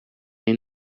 این